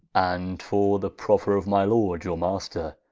and for the proffer of my lord your master,